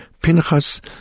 Pinchas